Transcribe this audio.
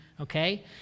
okay